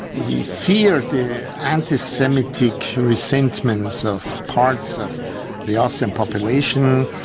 he feared the anti-semitic resentments of parts of the austrian population,